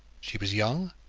she was young,